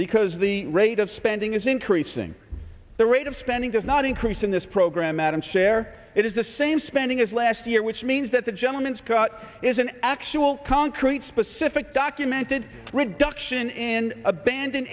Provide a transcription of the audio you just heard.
because the rate of spending is increasing the rate of spending does not increase in this program out of share it is the same spending as last year which means that the gentleman scott is an actual concrete specific documented reduction in aband